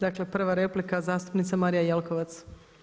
Dakle prva replika zastupnica Marija Jelkovac.